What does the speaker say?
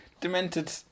demented